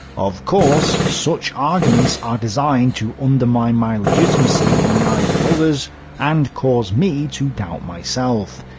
of course, such arguments are designed to undermine my legitimacy in the eyes of others, and cause me to doubt myself.